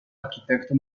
arquitecto